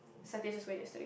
Satya just went yesterday